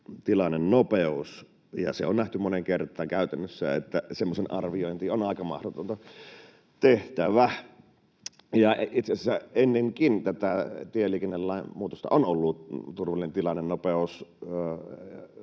Se on nähty moneen kertaan käytännössä, että semmoisen arviointi on aika mahdoton tehtävä. Itse asiassa ennen tätä tieliikennelain muutostakin on ollut turvallinen tilannenopeus